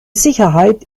sicherheit